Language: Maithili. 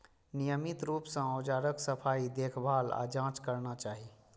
नियमित रूप सं औजारक सफाई, देखभाल आ जांच करना चाही